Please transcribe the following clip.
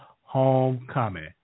homecoming